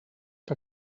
que